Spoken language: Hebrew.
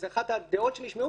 זו אחת הדעות שנשמעו